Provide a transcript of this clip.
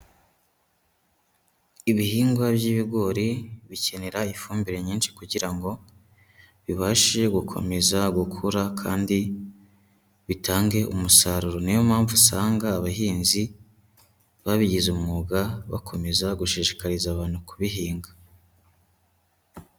Ibihingwa by'ibigori bikenera ifumbire nyinshi kugira ngo bibashe gukomeza gukura kandi bitange umusaruro, ni yo mpamvu usanga abahinzi babigize umwuga, bakomeza gushishikariza abantu kubihinga.